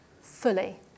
fully